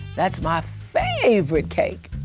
that is my favorite cake.